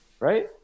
Right